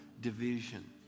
division